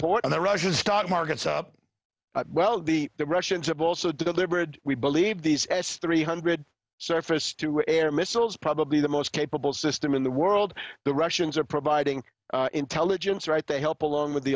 port and the russian stock markets up well the the russians have also delivered we believe these s three hundred surface to air missiles probably the most capable system in the world the russians are providing intelligence right they help along with the